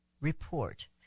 report